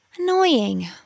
Annoying